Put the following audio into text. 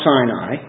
Sinai